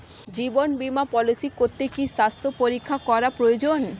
জীবন বীমা পলিসি করতে কি স্বাস্থ্য পরীক্ষা করা প্রয়োজন?